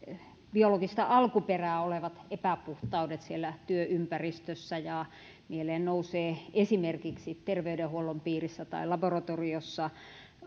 biologista alkuperää olevat epäpuhtaudet siellä työympäristössä mieleen nousee esimerkiksi terveydenhuollon piirissä tai laboratoriossa